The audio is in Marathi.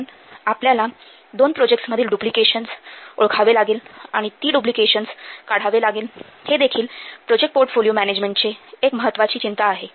म्हणून आपल्याला दोन प्रोजेक्टसमधील डुप्लिकेशन्स ओळखावे लागेल आणि ती डुप्लिकेशन्स काढावे लागेल हे देखील प्रोजेक्ट पोर्टफोलिओ मॅनॅजमेन्टची एक महत्त्वाची चिंता आहे